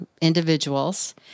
individuals